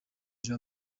jean